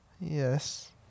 Yes